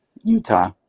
Utah